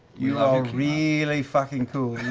you are really fucking cool.